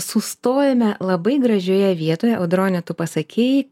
sustojome labai gražioje vietoje audrone tu pasakei kad a